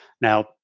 Now